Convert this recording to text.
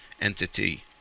entity